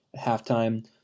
Halftime